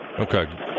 Okay